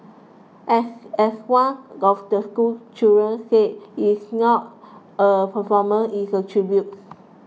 as as one of the schoolchildren said it is not a performance it's a tribute